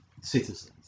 citizens